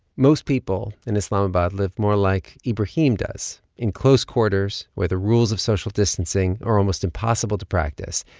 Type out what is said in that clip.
most people in islamabad live more like ibrahim does, in close quarters where the rules of social distancing are almost impossible to practice.